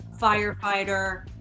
firefighter